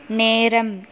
நேரம்